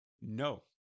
no